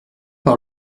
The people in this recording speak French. par